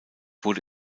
wurde